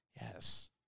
Yes